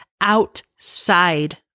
outside